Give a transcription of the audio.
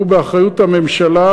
והוא באחריות הממשלה,